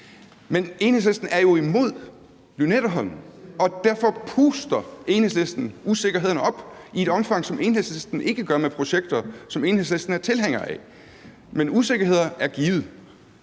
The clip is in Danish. Men Enhedslisten er jo imod Lynetteholm, og derfor puster Enhedslisten usikkerhederne op i et omfang, som Enhedslisten ikke gør i projekter, som Enhedslisten er tilhænger af. Men usikkerheder er givet